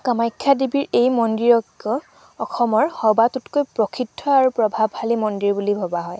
কামাখ্যা দেৱীৰ এই মন্দিৰক অসমৰ সবাতোতকৈ প্ৰসিদ্ধ আৰু প্ৰভাৱশালী মন্দিৰ বুলি ভবা হয়